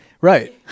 Right